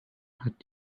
hat